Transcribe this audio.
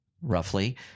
roughly